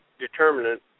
determinant